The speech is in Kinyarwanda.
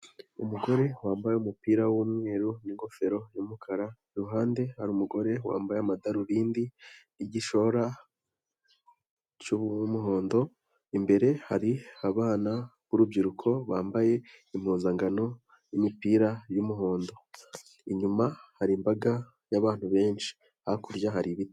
Umugore wambaye umupira w'umweru n'ingofero y'umukara, iruhande hari umugore wambaye amadarubindi, igishora cy'umuhondo imbere hari abana b'urubyiruko bambaye impuzankano y'imipira y'umuhondo, inyuma hari imbaga y'abantu benshi hakurya hari ibiti.